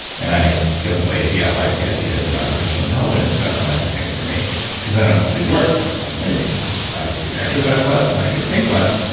and i, because i'm lazy, i like the idea of an artificial intelligence customizing things for me because i don't have to do the work because i'm lazy. and if i could exercise less, and i could think less,